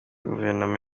guverinoma